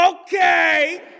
Okay